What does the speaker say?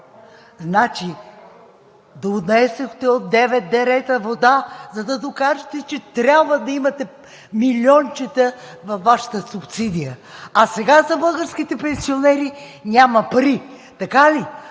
нали така? Донесохте от девет дерета вода, за да докажете, че трябва да имате милиончета във Вашата субсидия, а сега за българските пенсионери няма пари. Така ли?